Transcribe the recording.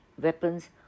weapons